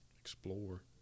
explore